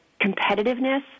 competitiveness